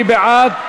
מי בעד?